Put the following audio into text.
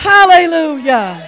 Hallelujah